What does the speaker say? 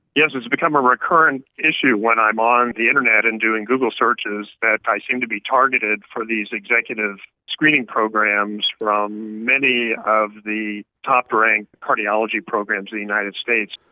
yes, it has become a recurrent issue when i'm on the internet and doing google searches, that i seem to be targeted for these executive screening programs from many of the top ranked cardiology programs in the united states.